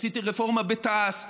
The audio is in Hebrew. עשיתי רפורמה בתע"ש,